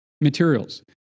materials